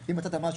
אם מצאת משהו,